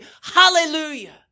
Hallelujah